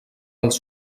els